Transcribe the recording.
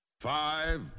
Five